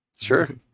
sure